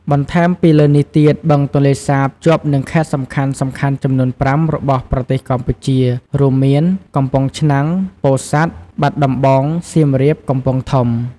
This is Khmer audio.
បន្ថែមពីលើនេះទៀត បឹងទន្លេសាបជាប់នឹងខេត្តសំខាន់ៗចំនួន ៥ របស់ប្រទេសកម្ពុជា រួមមាន កំពង់ឆ្នាំង ពោធិ៍សាត់ បាត់ដំបង សៀមរាប កំពង់ធំ។